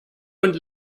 und